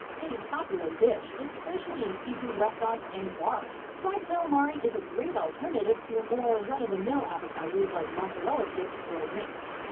a popular dish, especially in seafood restaurants and bars, fried calamari is a great alternative, to your more run-of-the-mill appetizers, like mozzarella sticks or wings.